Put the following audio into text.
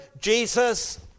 Jesus